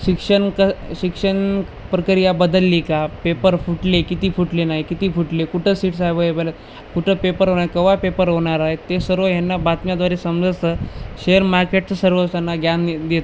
शिक्षण क शिक्षण प्रक्रिया बदलली का पेपर फुटले किती फुटली नाही किती फुटले कुठं सीट्स ॲवलेबल आहेत कुठं पेपर होणार केव्हा पेपर होणार आहे ते सर्व ह्यांना बातम्याद्वारे समजतं शेअर मार्केटचं सर्व त्यांना ज्ञान देतं